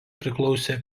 priklausė